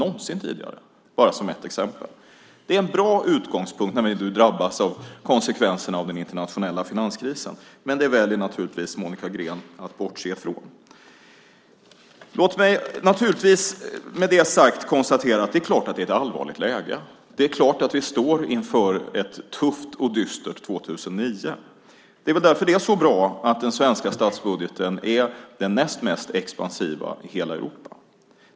Det är bara ett exempel. Det här är en bra utgångspunkt när vi nu drabbas av konsekvenserna av den internationella finanskrisen. Men det väljer naturligtvis Monica Green att bortse från. Låt mig med detta sagt konstatera att det naturligtvis är ett allvarligt läge. Det är klart att vi står inför ett tufft och dystert 2009. Det är väl därför det är så bra att den svenska statsbudgeten är den näst mest expansiva i hela Europa.